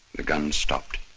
the guns stopped.